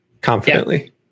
confidently